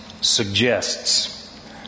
suggests